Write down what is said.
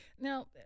Now